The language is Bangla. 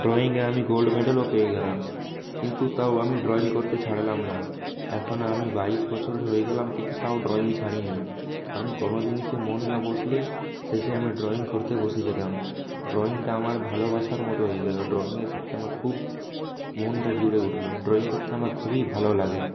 ড্রয়িঙে আমি গোল্ড মেডেলও পেয়ে গেলাম কিন্তু তাও আমি ড্রয়িং করতে ছাড়লাম না এখন আমি বাইশ বছর হয়ে গেলাম কিন্তু তাও ড্রয়িং ছাড়িনি কারণ কোন জিনিসে মন না বসলে শেষে আমি ড্রয়িং করতে বসে যেতাম ড্রয়িঙটা আমার ভালোবাসার মতো হয়ে গেলো ড্রয়িঙের সাথে আমার খুব মনটা জুড়ে উঠলো ড্রয়িং করতে আমার খুবই ভালো লাগে